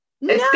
No